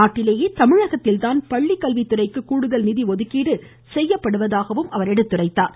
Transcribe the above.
நாட்டிலேயே தமிழகத்தில்தான் பள்ளி கல்வித்துறைக்கு கூடுதல் நிதி ஒதுக்கீடு செய்யப்படுவதாகவும் அவர் எடுத்துரைத்தார்